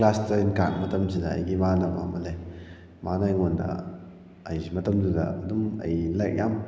class ten ꯀꯥꯔꯛ ꯃꯇꯝꯁꯤꯗ ꯑꯩꯒꯤ ꯏꯃꯥꯟꯅꯕ ꯑꯃ ꯂꯩ ꯃꯥꯅ ꯑꯩꯉꯣꯟꯗ ꯑꯩꯁꯤ ꯃꯇꯝꯗꯨꯗ ꯑꯗꯨꯝ ꯑꯩ ꯂꯥꯏꯔꯤꯛ ꯌꯥꯝ